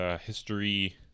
history